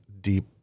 Deep